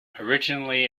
originally